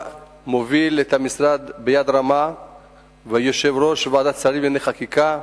שמוביל את המשרד ביד רמה והוא יושב-ראש ועדת השרים לענייני חקיקה,